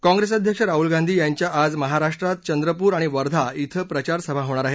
काँप्रेस अध्यक्ष राहुल गांधी यांच्या आज महाराष्ट्रात चंद्रपूर आणि वर्धा कें प्रचारसभा होणार आहेत